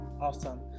Awesome